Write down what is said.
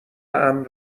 امن